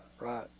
right